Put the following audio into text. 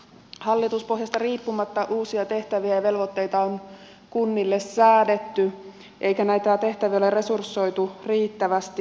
hallituspohjasta riippumatta uusia tehtäviä ja velvoitteita on kunnille säädetty eikä näitä tehtäviä ole resursoitu riittävästi